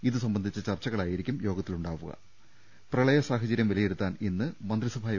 ഇതുസംബന്ധിച്ച ചർച്ചകളായിരിക്കും യോഗത്തിൽ ഉണ്ടാ പ്രളയ സാഹചര്യം വിലയിരുത്താൻ ഇന്ന് മന്ത്രി സഭാ വുക